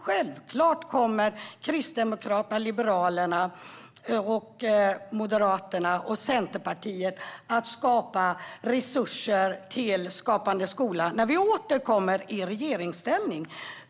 Självklart kommer Kristdemokraterna, Liberalerna, Moderaterna och Centerpartiet att skapa resurser till Skapande skola när vi åter kommer i regeringsställning.